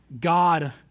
God